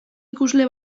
ikusle